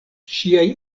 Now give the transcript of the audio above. ŝiaj